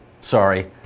Sorry